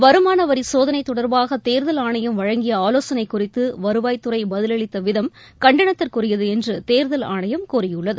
வருமானவரிசோதனைதொடர்பாகதேர்தல் வழங்கியஆலோசனைகுறித்துவருவாய் துறைபதிலளித்தவிதம் கண்டனத்துக்குரியதுஎன்றுதேர்தல் ஆணையம் கூறியுள்ளது